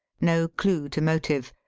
no clue to motive.